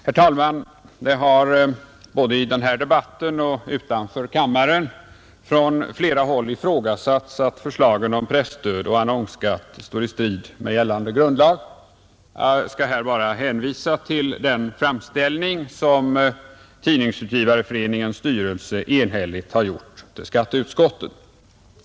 Herr talman! Det har både i denna debatt och utanför kammaren från flera håll ifrågasatts att förslagen om presstöd och annonsskatt står i strid med gällande grundlag. Jag vill här bara hänvisa till den framställning som Tidningsutgivareföreningens styrelse enhälligt gjort till skatteutskottet.